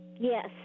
Yes